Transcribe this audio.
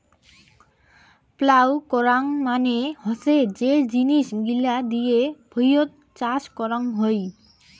plough করাং মানে হসে যে জিনিস গিলা দিয়ে ভুঁইয়ত চাষ করং হই